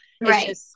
Right